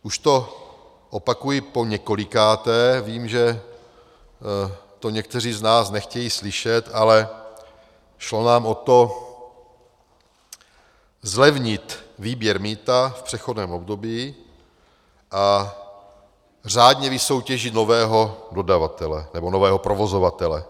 Už to opakuji poněkolikáté, vím, že to někteří z nás nechtějí slyšet, ale šlo nám o to zlevnit výběr mýta v přechodném období a řádně vysoutěžit nového dodavatele nebo nového provozovatele.